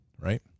Right